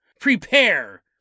Prepare